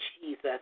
Jesus